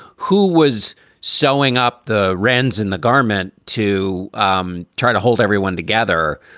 who was showing up the ran's in the garment to um try to hold everyone together,